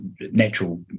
natural